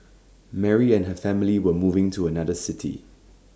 Mary and her family were moving to another city